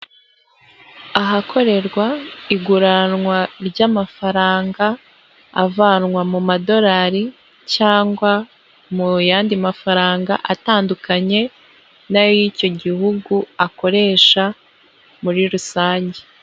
Ahakorerwa iguranwa ry'amafaranga avanwa mu madolari cyangwa mu yandi mafaranga atandukanye n'ay'icyo gihugu akoresha muri rusange.